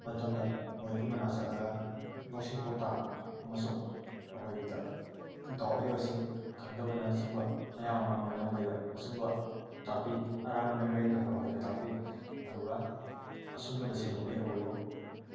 ꯃꯇꯝꯗ ꯃꯣꯏꯒꯤ ꯃꯅꯥꯛ ꯆꯠꯂꯒ ꯂꯧꯁꯤꯡ ꯄꯥꯎꯇꯥꯛ ꯑꯃꯁꯨꯡ ꯑꯩꯈꯣꯏꯗ ꯗꯥꯎꯠ ꯂꯩꯕꯁꯤꯡ ꯈꯪꯗꯕꯅꯆꯤꯡꯕ ꯃꯌꯥꯝ ꯑꯃ ꯃꯣꯏꯅ ꯑꯩꯈꯣꯏꯗ ꯑꯆꯨꯝꯕ ꯇꯥꯛꯄꯤ ꯑꯔꯥꯟꯕꯅ ꯀꯔꯤꯅꯣ ꯍꯥꯏꯕ ꯑꯩꯈꯣꯏꯗ ꯇꯥꯛꯄꯤ ꯑꯗꯨꯒ ꯑꯆꯨꯝꯕꯗ ꯁꯦꯝꯗꯣꯛꯄꯤ ꯑꯩꯈꯣꯏꯕꯨ